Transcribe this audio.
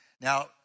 now